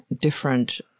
different